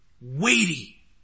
weighty